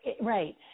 right